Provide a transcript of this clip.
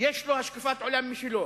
יש לו השקפת עולם משלו.